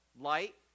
Light